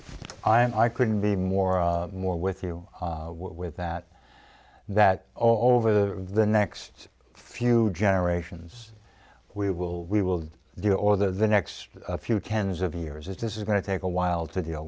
more i couldn't be more more with you with that that over the next few generations we will we will do or the next few cans of years if this is going to take a while to deal